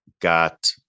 got